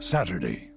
Saturday